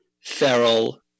feral